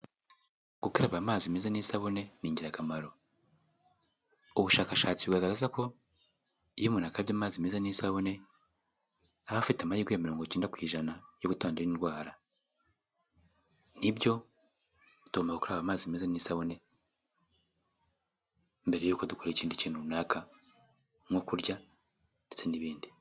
Gukaraba amazi meza n'isabune ni ingirakamaro, ubushakashatsi bugaragaza ko iyo umuntu akarabye amazi n'ibune, aba afite ya mirongo icyenda ku ijana yo kutandura indarwa, ni byo tugomba gukaraba amazi meza n'isabune mbere y'uko dukora ikindi kintu runaka nko kurya ndetse n'ibindi.